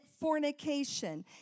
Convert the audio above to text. fornication